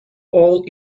all